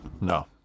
No